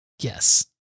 yes